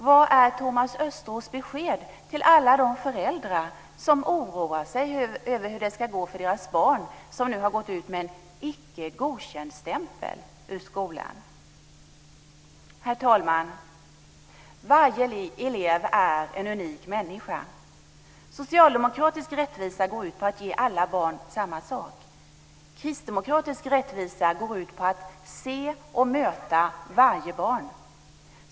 Vad är Thomas Östros besked till alla de föräldrar som oroar sig över hur det ska gå för deras barn som nu har gått ut med en icke godkänd-stämpel ur skolan? Herr talman! Varje elev är en unik människa. Socialdemokratisk rättvisa går ut på att ge alla barn samma sak. Kristdemokratisk rättvisa går ut på att se och möta varje barn.